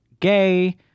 gay